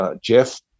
Jeff